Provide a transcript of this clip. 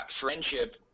friendship